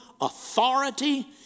authority